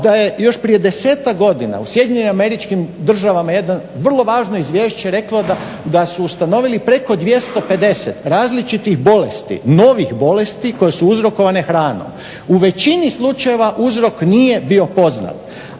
da je još prije 10-tak godina u SAD-u jedno vrlo važno izvješće reklo da su ustanovili preko 250 različitih bolesti, novih bolesti koje su uzrokovane hranom. U većini slučajeva uzrok nije bio poznat,